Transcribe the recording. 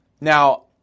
Now